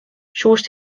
soest